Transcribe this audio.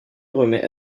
remet